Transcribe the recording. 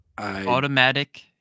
Automatic